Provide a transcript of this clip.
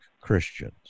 Christians